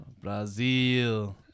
Brazil